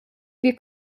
wir